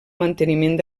manteniment